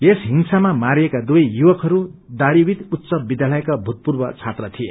यस हिंसामा मारिएका दुवै युवकहरू दारीवित उच्च विध्यालयका भूतपूर्व छात्र थिए